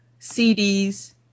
CDs